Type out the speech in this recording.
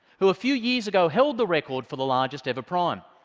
who a few years ago held the record for the largest ever prime,